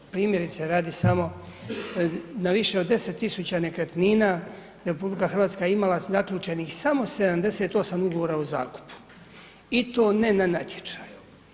Primjerice radi samo na više od 10.000 nekretnina RH je imala zaključenih samo 78 ugovora o zakupu i to ne na natječaju.